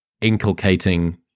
inculcating